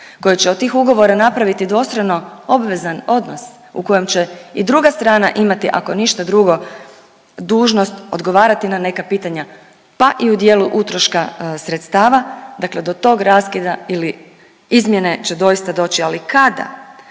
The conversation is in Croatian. koji će od tih ugovora napraviti dvostrano obvezan odnos u kojem će i druga strana imati ako ništa drugo dužnost odgovarati na neka pitanja, pa i u dijelu utroška sredstva, dakle do tog raskida ili izmjene će doista doći. Ali kada?